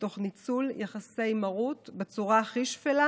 תוך ניצול יחסי מרות בצורה הכי שפלה,